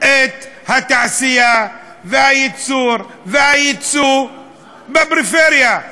את התעשייה והייצור והיצוא בפריפריה,